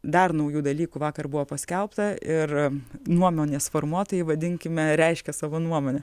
dar naujų dalykų vakar buvo paskelbta ir nuomonės formuotojai vadinkime reiškia savo nuomonę